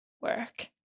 work